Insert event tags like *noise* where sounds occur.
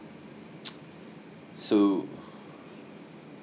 *noise* so